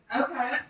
Okay